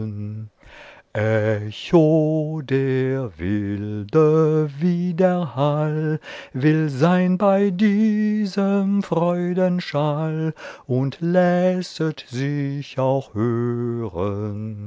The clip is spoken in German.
der wilde widerhall will sein bei diesem freudenschall und lässet sich auch